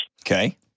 Okay